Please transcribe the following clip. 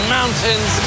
Mountains